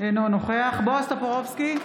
אינו נוכח בועז טופורובסקי,